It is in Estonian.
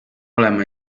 oleme